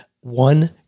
one